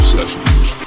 Sessions